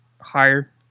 higher